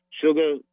sugar